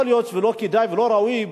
יכול להיות ולא כדאי ולא ראוי,